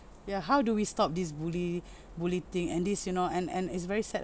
ya how do we stop this bully bully thing and this you know and and it's very sad